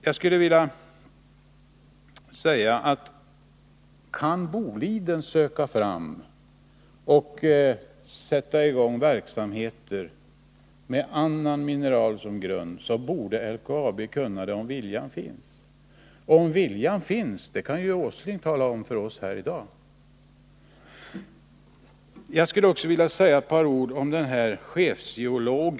Jag skulle också vilja säga att om Boliden kan söka fram fyndigheter och sätta i gång verksamheter med annan mineral än den tidigare som grund, så borde också LKAB kunna göra det, om viljan finns. Och om viljan finns, det bör Nils Åsling kunna tala om för oss i dag. I det här sammanhanget vill jag också säga några ord om LKAB:s chefgeolog.